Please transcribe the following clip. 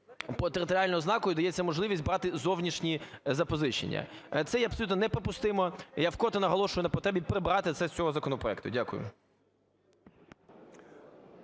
за територіальною ознакою дається можливість брати зовнішні запозичення. Це є абсолютно неприпустимо. Я вкотре наголошую на потребі прибрати це з цього законопроекту. Дякую.